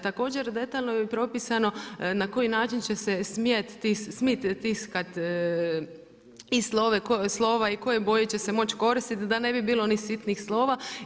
Također detaljno je propisano na koji način će se smit tiskat i slova i u kojoj boji će se moći koristiti da ne bi bilo onih sitnih slova.